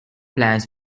plans